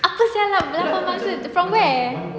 apa sia lapan bangsa from where